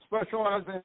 specializing